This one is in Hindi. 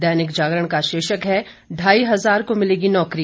दैनिक जागरण का शीर्षक है ढाई हजार को मिलेगी नौकरी